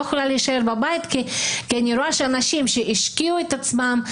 יכולה להישאר בבית כי אני רואה שאנשים שהשקיעו את עצמם,